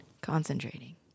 concentrating